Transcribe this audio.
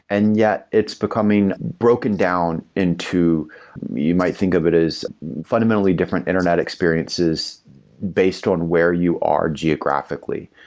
and yet, it's becoming broken down into you might think of it as fundamentally different internet experiences based on where you are geographically.